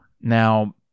Now